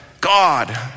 God